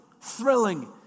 thrilling